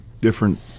different